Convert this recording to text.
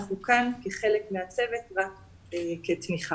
אנחנו כאן כחלק מהצוות רק כתמיכה.